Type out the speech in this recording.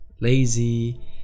lazy